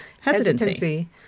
Hesitancy